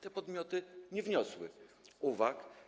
Te podmioty nie wniosły uwag.